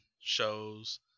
shows